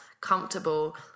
comfortable